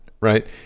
right